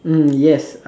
mm yes